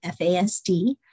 FASD